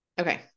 Okay